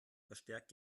verstärkt